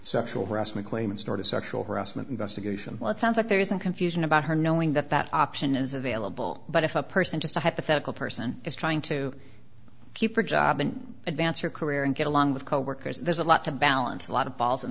sexual harassment claim and start a sexual harassment investigation well it sounds like there is some confusion about her knowing that that option is available but if a person just a hypothetical person is trying to keep her job and advance her career and get along with coworkers there's a lot to balance a lot of balls in